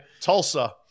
Tulsa